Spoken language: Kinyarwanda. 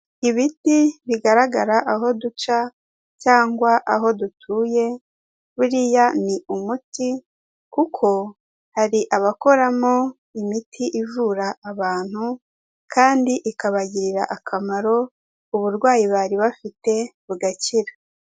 Ibiti bigaragara aho duca cyangwa aho dutuye, buriya ni umuti kuko hari abakoramo imiti ivura abantu kandi ikabagirira akamaro, uburwayi bari bafite bugakira.